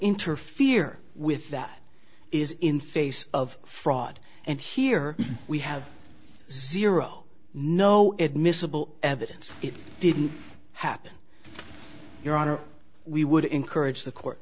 interfere with that is in face of fraud and here we have zero no it miscible evidence it didn't happen your honor we would encourage the court